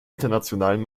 internationalen